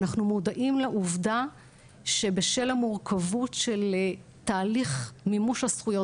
אנחנו מודעים לעובדה שבשל המורכבות של תהליך מימוש הזכויות